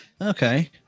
Okay